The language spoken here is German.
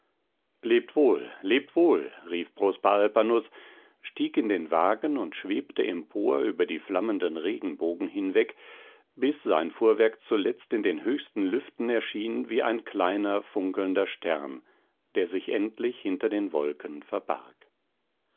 lebt wohl lebt wohl rief prosper alpanus stieg in den wagen und schwebte empor über die flammenden regenbogen hinweg bis sein fuhrwerk zuletzt in den höchsten lüften erschien wie ein kleiner funkelnder stern der sich endlich hinter den wolken verbarg